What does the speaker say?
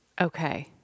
Okay